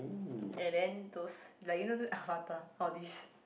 and then those like you know those Avatar all these